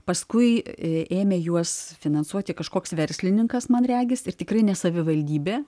paskui ėmė juos finansuoti kažkoks verslininkas man regis ir tikrai ne savivaldybė